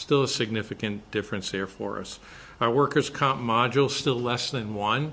still a significant difference here for us our workers comp module still less than one